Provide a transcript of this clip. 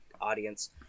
audience